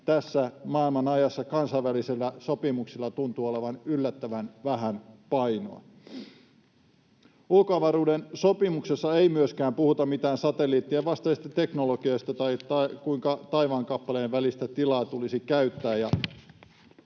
tässä maailmanajassa kansainvälisillä sopimuksilla tuntuu olevan yllättävän vähän painoa. Ulkoavaruuden sopimuksessa ei myöskään puhuta mitään satelliittien vastaisista teknologioista tai siitä, kuinka taivaankappaleiden välistä tilaa tulisi käyttää.